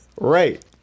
Right